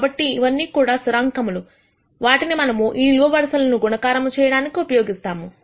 కాబట్టి ఇవన్నీ కూడా స్థిరాంకములు వాటిని మనము ఈ నిలువు వరుసలను గుణకారము చేయడానికి ఉపయోగిస్తాము